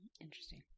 Interesting